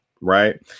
right